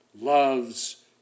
loves